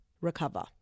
recover